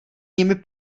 nimi